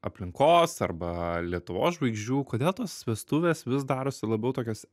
aplinkos arba lietuvos žvaigždžių kodėl tos vestuvės vis darosi labiau tokios